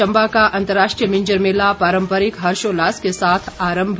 चम्बा का अंतर्राष्ट्रीय मिंजर मेला पारम्परिक हर्षोल्लास के साथ आरम्भ